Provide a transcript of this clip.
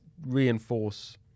reinforce